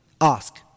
Ask